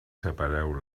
separeu